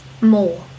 more